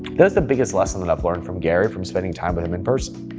that is the biggest lesson that i've learned from gary, from spending time with him in person.